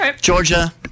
Georgia